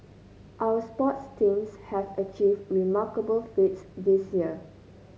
our sports teams have achieved remarkable feats this year